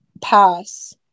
pass